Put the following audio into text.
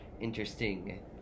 interesting